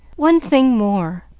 one thing more.